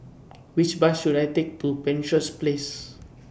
Which Bus should I Take to Penshurst Place